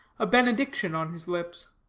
a benediction on his lips.